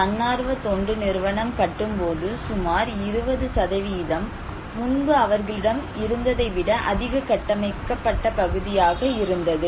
தன்னார்வ தொண்டு நிறுவனம் கட்டும்போது சுமார் 20 முன்பு அவர்களிடம் இருந்ததை விட அதிக கட்டமைக்கப்பட்ட பகுதி இருந்தது